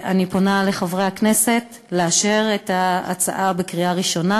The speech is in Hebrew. אני פונה לחברי הכנסת לאשר את ההצעה בקריאה ראשונה,